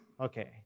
Okay